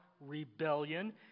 rebellion